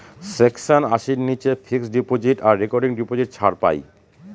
section আশির নীচে fixed deposit আর রেকারিং ডিপোজিট ছাড় পাই